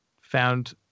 found